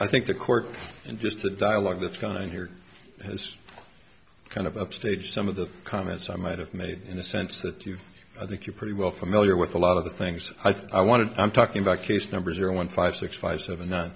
i think the cork and just the dialogue that's going on here has kind of upstaged some of the comments i might have made in the sense that you i think you're pretty well familiar with a lot of the things i thought i wanted i'm talking about case number zero one five six five seven